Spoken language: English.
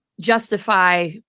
justify